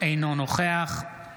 אינו נוכח עפיף עבד,